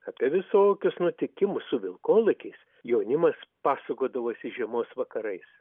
apie visokius nutikimus su vilkolakiais jaunimas pasakodavosi žiemos vakarais